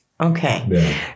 okay